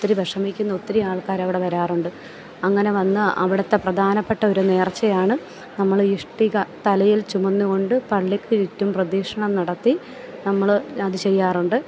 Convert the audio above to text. ഒത്തിരി വിഷമിക്കുന്ന ഒത്തിരി ആൾക്കാർ അവിടെ വരാറുണ്ട് അങ്ങനെ വന്നാൽ അവിടുത്തെ പ്രധാനപ്പെട്ട ഒരു നേർച്ചയാണ് നമ്മൾ ഇഷ്ടിക തലയിൽ ചുമന്നു കൊണ്ട് പള്ളിക്കു ചുറ്റും പ്രദിക്ഷിണം നടത്തി നമ്മൾ അത് ചെയ്യാറുണ്ട്